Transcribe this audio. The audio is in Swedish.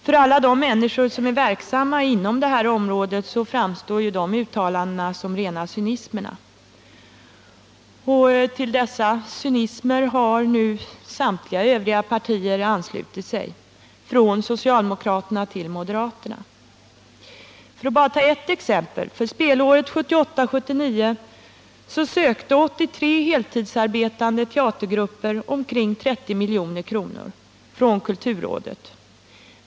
För alla de människor som är verksamma inom det här området framstod dessa uttalanden som rena cynismer. Och till dessa cynismer har nu samtliga övriga partier anslutit sig — från socialdemokraterna till moderaterna. Låt mig ta ett enda exempel. För spelåret 1978/79 sökte 83 heltidsarbetande teatergrupper omkring 30 milj.kr. från kulturrådet.